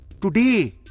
Today